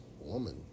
woman